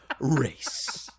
race